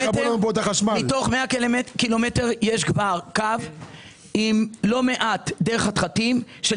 מתוך 100 קילומטר יש כבר קו עם לא מעט דרך חתחתים,